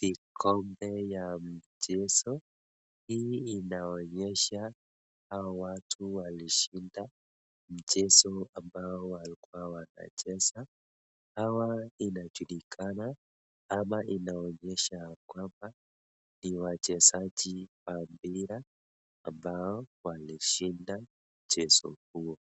vikombe katika mchezo, hii inaonyesha hawa watu walishinda mchezo ambao walikuwa wakicheza, hawa inajulikana ama inaonyesha kwamba ni wachezaji wa mpira, ambao walishinda mchezo huo.